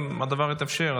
אם הדבר יתאפשר,